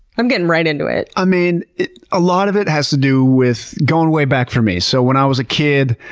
i'm getting right into it. i mean, a lot of it has to do with, going way back for me. so when i was a kid,